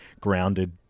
grounded